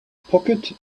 pocket